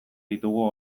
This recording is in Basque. ditugu